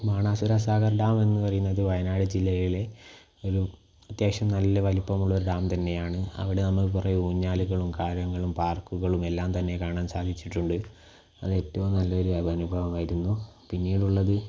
Banasura Sagar dam എന്നു പറയുന്നത് വയനാട് ജില്ലയിലെ ഒരു അത്യാവശ്യം നല്ല വലിപ്പമുള്ള ഒരു ഡാം തന്നെയാണ് അവിടെ നമ്മൾ കുറെ ഊഞ്ഞാലുകളും കാര്യങ്ങളും പാർക്കുകളും എല്ലാം തന്നെ കാണാൻ സാധിച്ചിട്ടുണ്ട് അത് ഏറ്റവും നല്ല ഒരു അനുഭവം ആയിരുന്നു പിന്നീടുള്ളത്